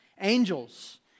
angels